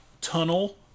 tunnel